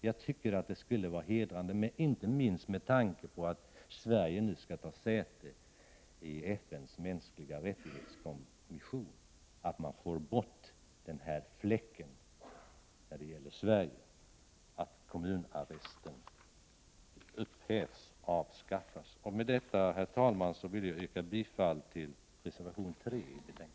Jag tycker alltså att det skulle vara hedrande, inte minst med tanke på att Sverige nu skall ta säte i FN:s kommission för de mänskliga rättigheterna, att man får bort denna fläck när det gäller Sverige, dvs. att kommunarresten avskaffas. Med detta, herr talman, yrkar jag bifall till reservation 3 i betänkandet.